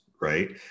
Right